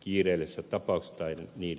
kiireellisissä tapauksissa tai niiden jatkamisessa